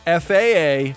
FAA